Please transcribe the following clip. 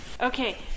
Okay